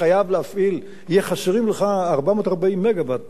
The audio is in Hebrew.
יהיו חסרים לך 440 מגוואט.